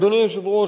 אדוני היושב-ראש,